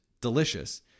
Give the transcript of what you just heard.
delicious